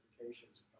notifications